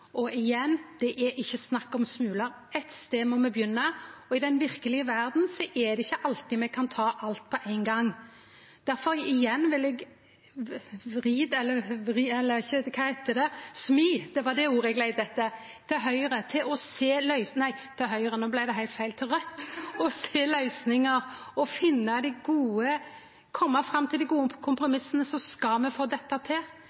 gang. Igjen: Det er ikkje snakk om smular, ein stad må me begynne. I den verkelege verda er det ikkje alltid me kan ta alt på ein gong. Difor vil eg igjen fri til Raudt om å sjå løysingar og kome fram til dei gode kompromissa, så skal me få dette til.